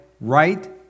right